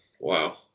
Wow